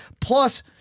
Plus